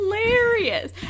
Hilarious